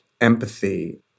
empathy